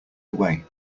away